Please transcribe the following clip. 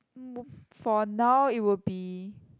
b~ for now it will be